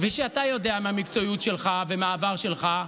כפי שאתה יודע מהמקצועיות שלך ומהעבר שלך,